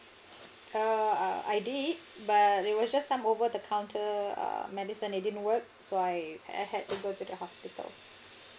uh uh I did but they were just some over the counter err medicine it didn't work so I I had to go to the hospital